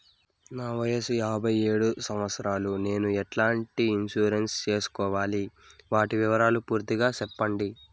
నా వయస్సు యాభై ఏడు సంవత్సరాలు నేను ఎట్లాంటి ఇన్సూరెన్సు సేసుకోవాలి? వాటి వివరాలు పూర్తి గా సెప్పండి?